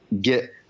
get